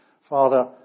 Father